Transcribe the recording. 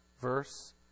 Verse